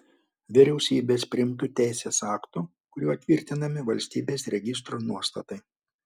vyriausybės priimtu teisės aktu kuriuo tvirtinami valstybės registro nuostatai